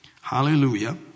hallelujah